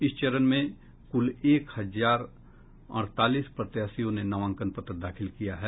इस चरण में कुल एक हजार अड़तालीस प्रत्याशियों ने नामांकन पत्र दाखिल किया है